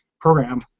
program